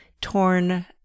torn